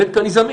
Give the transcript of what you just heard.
ב' כי אני זמין.